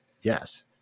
Yes